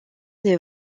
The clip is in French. des